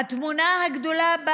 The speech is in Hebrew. התמונה הגדולה,